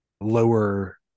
lower